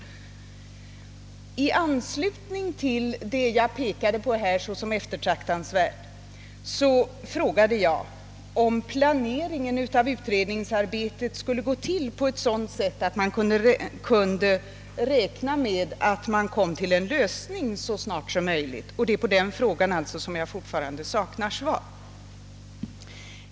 I anslutning till vad jag här pekat på såsom eftersträvansvärt frågade jag om planeringen av utredningsarbetet skulle gå till på sådant sätt att man kunde räkna med att nå en lösning så snart som möjligt. Det är alltså på den frågan som jag fortfarande saknar svar.